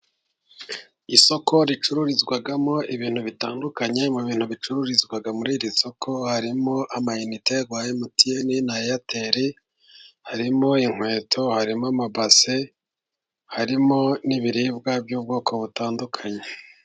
Isoko ricururizwamo ibintu bitandukanye, mu bintu bicururizwa muri iri soko harimo amayinite ya emutiyene na eyateri, harimo inkweto, harimo amabase ,harimo n'ibiribwa by'ubwoko butandukanye.